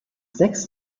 sechs